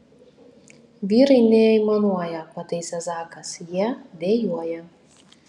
vyrai neaimanuoja pataisė zakas jie dejuoja